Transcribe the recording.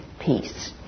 peace